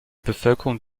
bevölkerung